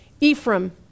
Ephraim